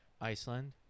Iceland